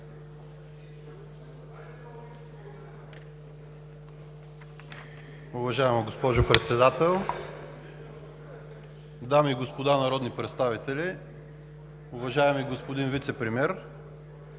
дами и господа народни представители, уважаеми господин Вицепремиер!